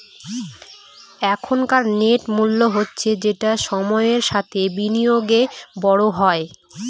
এখনকার নেট মূল্য হচ্ছে যেটা সময়ের সাথে বিনিয়োগে বড় হয়